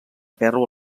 ferro